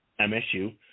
MSU